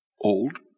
old